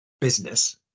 business